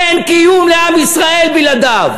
אין קיום לעם ישראל בלעדיו.